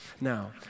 Now